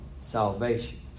salvation